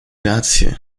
rację